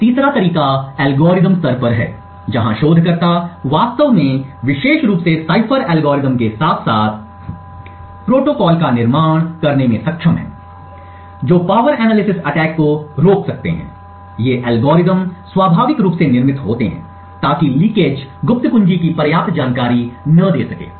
एक तीसरा तरीका एल्गोरिथम स्तर पर है जहां शोधकर्ता वास्तव में विशेष रूप से साइफर एल्गोरिदम के साथ साथ प्रोटोकॉल का निर्माण करने में सक्षम हैं जो पावर एनालिसिस अटैक को रोक सकते हैं ये एल्गोरिदम स्वाभाविक रूप से निर्मित होते हैं ताकि रिसाव गुप्त कुंजी की पर्याप्त जानकारी न दे सके